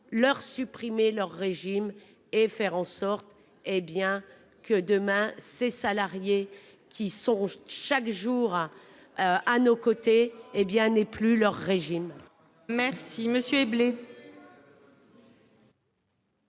leur supprimer leur régime et faire en sorte hé bien que demain ces salariés qui sont chaque jour. À nos côtés, hé bien n'est plus leur régime.